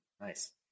Nice